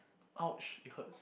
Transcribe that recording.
!ouch! it hurts